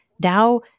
Now